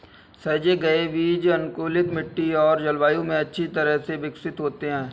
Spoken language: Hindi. सहेजे गए बीज अनुकूलित मिट्टी और जलवायु में अच्छी तरह से विकसित होते हैं